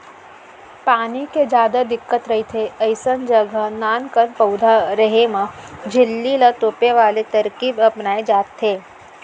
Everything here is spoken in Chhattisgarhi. पानी के जादा दिक्कत रहिथे अइसन जघा नानकन पउधा रेहे म झिल्ली ल तोपे वाले तरकीब अपनाए जाथे